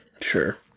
sure